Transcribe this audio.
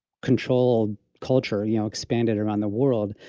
control culture, you know, expanded around the world,